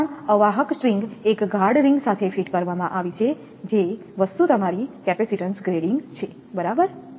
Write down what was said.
આ ત્રણ અવાહક સ્ટ્રિંગ એક ગાર્ડ રિંગ સાથે ફીટ કરવામાં આવી છે જે વસ્તુ તમારી કેપેસિટીન્સ ગ્રેડિંગ છે બરાબર